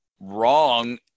wrong